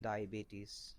diabetes